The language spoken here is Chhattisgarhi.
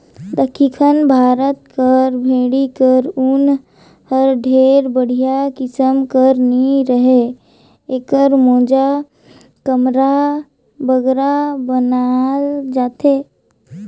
दक्खिन भारत कर भेंड़ी कर ऊन हर ढेर बड़िहा किसिम कर नी रहें एकर मोजा, कमरा बगरा बनाल जाथे